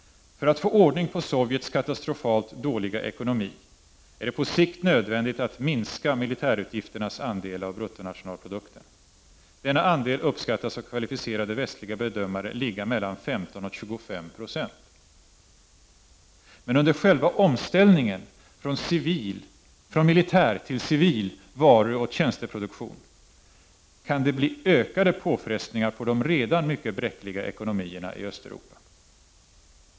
> För att få ordning på Sovjets katastrofalt dåliga ekonomi är det på sikt nödvändigt att minska militärutgifternas andel av BNP. Denna andel uppskattas av kvalificerade västliga bedömare ligga mellan 15 och 25 20. Men under själva omställningen från militär till civil varuoch tjänsteproduktion kan det bli ökade påfrestningar på de redan mycket bräckliga ekonomierna i Östeuropa.